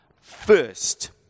first